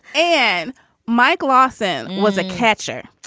and mike lawson was a catcher,